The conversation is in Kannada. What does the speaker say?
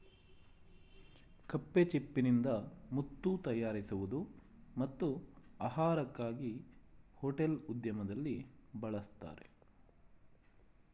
ಕಪ್ಪೆಚಿಪ್ಪಿನಿಂದ ಮುತ್ತು ತಯಾರಿಸುವುದು ಮತ್ತು ಆಹಾರಕ್ಕಾಗಿ ಹೋಟೆಲ್ ಉದ್ಯಮದಲ್ಲಿ ಬಳಸ್ತರೆ